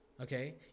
Okay